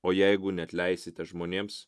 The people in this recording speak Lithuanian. o jeigu neatleisite žmonėms